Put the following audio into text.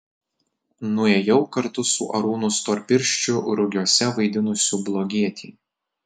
nuėjau kartu su arūnu storpirščiu rugiuose vaidinusiu blogietį